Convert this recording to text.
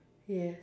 yes